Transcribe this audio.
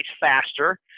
faster